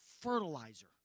fertilizer